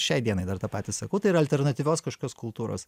šiai dienai dar tą patį sakau tai yra alternatyvios kažkokios kultūros